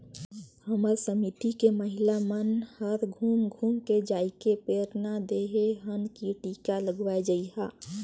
हमर समिति के महिला मन हर घुम घुम के जायके प्रेरना देहे हन की टीका लगवाये जइहा